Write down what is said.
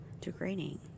degrading